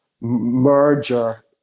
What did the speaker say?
merger